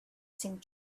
seemed